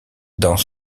dans